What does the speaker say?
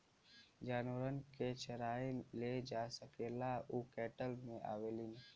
जानवरन के चराए ले जा सकेला उ कैटल मे आवेलीन